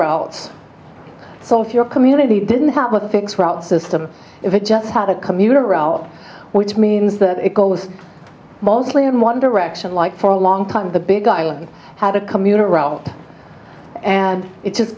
routes so if your community didn't help with the fix we're out system if it just had a commuter route which means that it goes mostly in one direction like for a long time the big island had a commuter route and it just